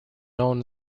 own